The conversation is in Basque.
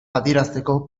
adierazteko